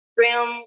room